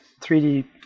3D